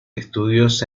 estudios